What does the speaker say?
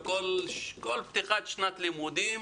כל פתיחת שנת לימודים